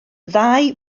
ddau